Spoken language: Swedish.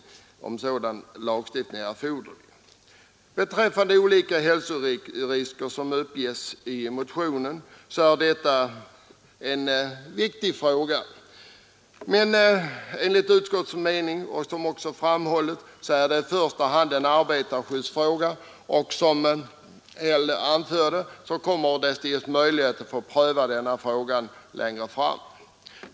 En viktig fråga är de olika hälsorisker som uppges i motionen. Enligt utskottets mening är det i första hand en arbetarskyddsfråga. Som herr Häll anförde kommer det att ges möjlighet att pröva denna fråga längre fram.